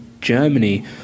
Germany